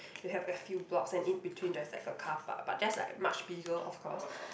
you have a few blocks and in between there's like a car-park but just like much bigger of course